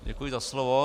Děkuji za slovo.